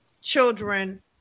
children